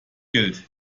gilt